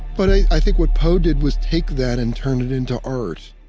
but i i think what poe did was take that and turn it into art